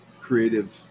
Creative